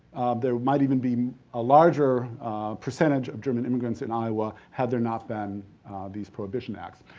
there might even be a larger percentage of german immigrants in iowa, had there not been these prohibition acts.